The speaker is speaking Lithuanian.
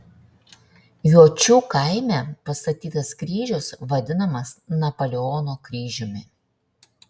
juočių kaime pastatytas kryžius vadinamas napoleono kryžiumi